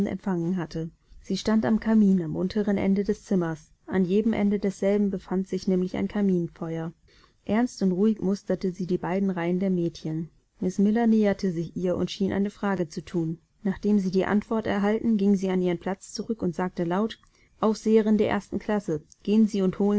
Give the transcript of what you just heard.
empfangen hatte sie stand am kamin am unteren ende des zimmers an jedem ende desselben befand sich nämlich ein kaminfeuer ernst und ruhig musterte sie die beiden reihen der mädchen miß miller näherte sich ihr und schien eine frage zu thun nachdem sie die antwort erhalten ging sie an ihren platz zurück und sagte laut aufseherin der ersten klasse gehen sie und